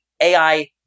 AI